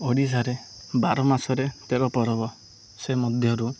ଓଡ଼ିଶାରେ ବାର ମାସରେ ତେର ପର୍ବ ସେ ମଧ୍ୟରୁ